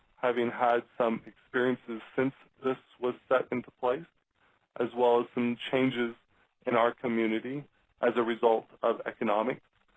having had some experiences since this was set into place as well as some changes in our community as a result of economics.